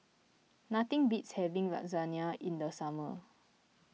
nothing beats having Lasagne in the summer